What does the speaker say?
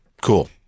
Cool